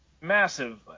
massive